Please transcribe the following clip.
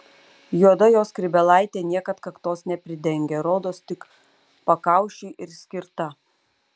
juoda jo skrybėlaitė niekad kaktos nepridengia rodos tik pakaušiui ir skirta